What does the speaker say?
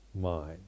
mind